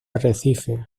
arrecife